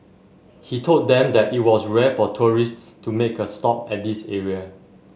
he told them that it was rare for tourists to make a stop at this area